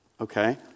Okay